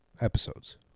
episodes